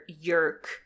Yerk